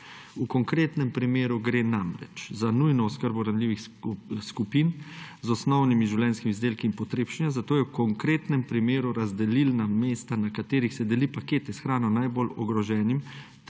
V konkretnem primeru gre namreč za nujno oskrbo ranljivih skupin z osnovnimi življenjskimi izdelki in potrebščinami, zato jo v konkretnem primeru razdelilna mesta, na katerih se deli pakete s hrano najbolj ogroženim,